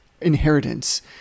inheritance